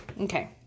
Okay